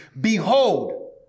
Behold